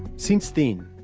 since then,